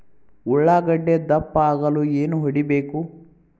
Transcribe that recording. ಉಳ್ಳಾಗಡ್ಡೆ ದಪ್ಪ ಆಗಲು ಏನು ಹೊಡಿಬೇಕು?